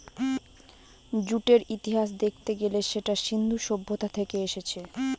জুটের ইতিহাস দেখতে গেলে সেটা সিন্ধু সভ্যতা থেকে এসেছে